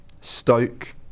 Stoke